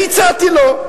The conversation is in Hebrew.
והצעתי לו.